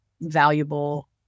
valuable